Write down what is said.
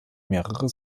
mehrere